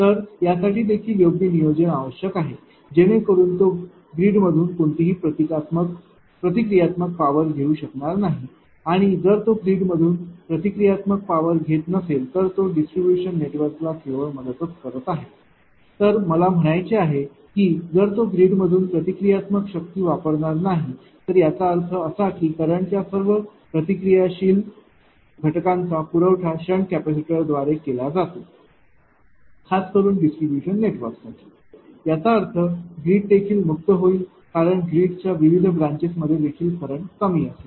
तर त्यासाठी देखील योग्य नियोजन आवश्यक आहे जेणेकरून तो ग्रीडमधून कोणतीही प्रतिक्रियात्मक पॉवर घेऊ शकणार नाही आणि जर तो ग्रीडमधून प्रतिक्रियात्मक पॉवर घेत नसेल तर तो डिस्ट्रीब्यूश नेटवर्क ला केवळ मदतच करीत आहे तर मला म्हणायचे आहे की जर तो ग्रीडमधून प्रतिक्रियात्मक शक्ती वापरणार नाही तर याचा अर्थ असा की करंटच्या सर्व प्रतिक्रियाशील घटकांचा पुरवठा शंट कॅपेसिटरद्वारे केला जातो खास करुन डिस्ट्रीब्यूशन नेटवर्कसाठी याचा अर्थ ग्रीड देखील मुक्त होईल कारण ग्रीडच्या विविध ब्रांचेसमध्ये देखील करंट कमी असेल